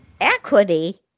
Equity